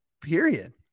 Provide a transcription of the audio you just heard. period